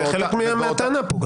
זה חלק מהטענה פה.